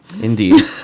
Indeed